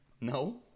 no